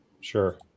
Sure